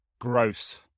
gross